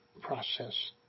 process